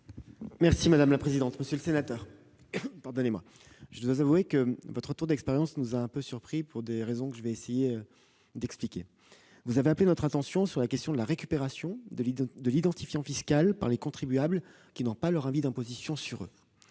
secrétaire d'État. Monsieur le sénateur Alain Cazabonne, je dois avouer que votre retour d'expérience nous a un peu surpris, pour les raisons que je vais essayer d'expliquer. Vous avez attiré notre attention sur la question de la récupération de l'identifiant fiscal par les contribuables qui n'ont pas leur avis d'impôt sur eux.